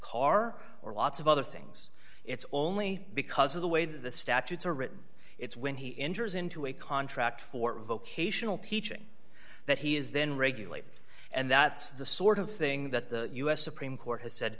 car or lots of other things it's only because of the way the statutes are written it's when he enters into a contract for vocational teaching that he is then regulated and that's the sort of thing that the u s supreme court has said